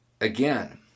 Again